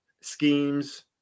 schemes